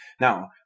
Now